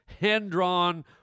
hand-drawn